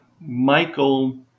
Michael